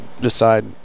decide